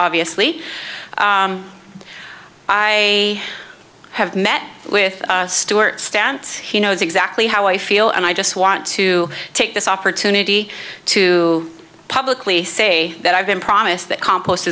obviously i have met with stuart stance he knows exactly how i feel and i just want to take this opportunity to publicly say that i've been promised that compost